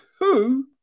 two